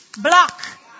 Block